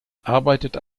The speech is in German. arbeitet